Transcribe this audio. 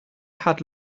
had